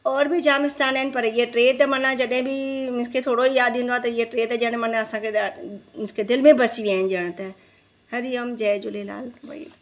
और बि जाम स्थान आहिनि पर इहे टे त मन जॾहिं बि मींस के थोरो ई यादि ईंदो आहे त इहे टे त ॼण मन असांखे मींस के दिलि में बसी विया आहिनि ॼण त हरि ओम जय झूलेलाल